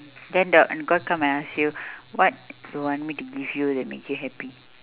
then the god come and ask you what you want me to give you that makes you happy